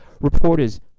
reporters